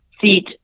seat